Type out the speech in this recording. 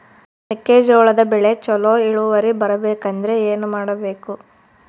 ಮೆಕ್ಕೆಜೋಳದ ಬೆಳೆ ಚೊಲೊ ಇಳುವರಿ ಬರಬೇಕಂದ್ರೆ ಏನು ಮಾಡಬೇಕು?